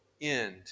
end